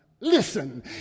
Listen